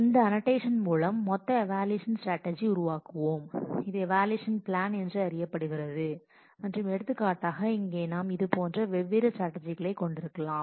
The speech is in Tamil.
அந்த அனடேஷன் மூலம் மொத்த ஈவாலுவேஷன் ஸ்ட்ராட்டஜி உருவாக்குவோம் இது ஈவாலுவேஷன் பிளான் என்று அறியப்படுகிறது மற்றும் எடுத்துக்காட்டாக இங்கே நாம் இதுபோன்ற வெவ்வேறு ஸ்ட்ராட்டஜிகளை கொண்டிருக்கலாம்